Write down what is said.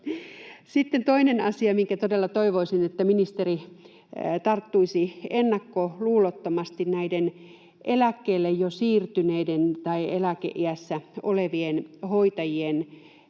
Sitten toinen asia, mistä todella toivoisin, että ministeri tarttuisi siihen ennakkoluulottomasti, on näiden eläkkeelle jo siirtyneiden tai eläkeiässä olevien hoitajien